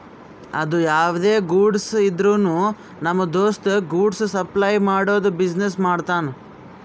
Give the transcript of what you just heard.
ಅದು ಯಾವ್ದೇ ಗೂಡ್ಸ್ ಇದ್ರುನು ನಮ್ ದೋಸ್ತ ಗೂಡ್ಸ್ ಸಪ್ಲೈ ಮಾಡದು ಬಿಸಿನೆಸ್ ಮಾಡ್ತಾನ್